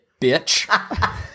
bitch